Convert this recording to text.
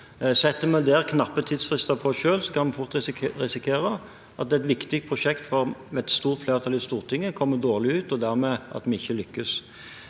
Setter vi der knappe tidsfrister for oss selv, kan vi fort risikere at et viktig prosjekt for et stort flertall i Stortinget kommer dårlig ut, og dermed at vi ikke lykkes.